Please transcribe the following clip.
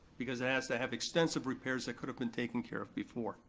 because it has to have extensive repairs that could've been taken care of before.